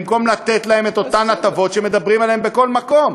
במקום לתת להם את אותן הטבות שמדברים עליהן בכל מקום.